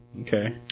Okay